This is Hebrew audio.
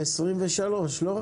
23, לא?